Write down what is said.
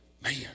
man